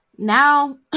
Now